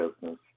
business